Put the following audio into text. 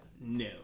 no